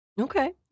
Okay